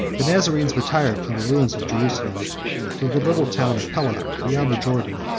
the nazarenes retired from the ruins of jerusalem to the little town of pella beyond the jordan,